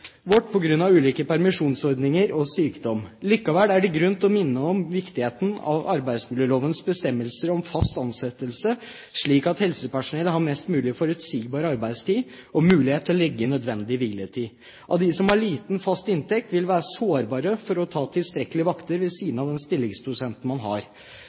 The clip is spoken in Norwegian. vårt på grunn av ulike permisjonsordninger og sykdom. Likevel er det grunn til å minne om viktigheten av arbeidsmiljølovens bestemmelser om fast ansettelse, slik at helsepersonell har mest mulig forutsigbar arbeidstid og mulighet til å legge inn nødvendig hviletid. De som har liten fast inntekt, vil være sårbare for å ta tilstrekkelige vakter ved siden av den stillingsprosenten man har.